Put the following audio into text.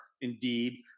indeed